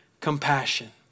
compassion